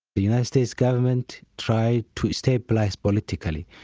the united states government tried to stabilise politically.